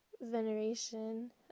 veneration